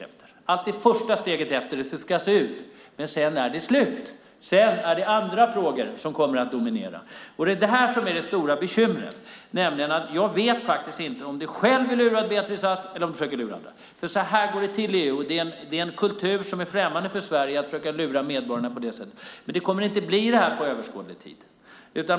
Det är alltid första steget mot hur det ska se ut, men sedan är det slut. Sedan är det andra frågor som kommer att dominera. Det är det stora bekymret. Jag vet faktiskt inte om du själv är lurad, Beatrice Ask, eller om du försöker lura andra. Så här går det till i EU, och det är en kultur som är främmande för Sverige att försöka lura medborgarna på det sättet. Det kommer inte att bli så under överskådlig tid.